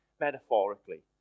metaphorically